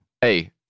Hey